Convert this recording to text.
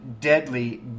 deadly